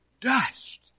dust